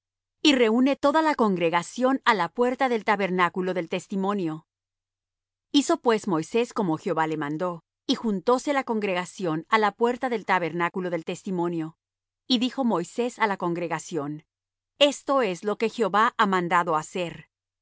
y reúne toda la congregación á la puerta del tabernáculo del testimonio hizo pues moisés como jehová le mandó y juntóse la congregación á la puerta del tabernáculo del testimonio y dijo moisés á la congregación esto es lo que jehová ha mandado hacer